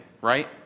right